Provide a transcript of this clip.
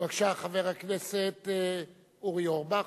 בבקשה, חבר הכנסת אורי אורבך,